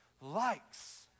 likes